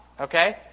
okay